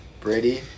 Brady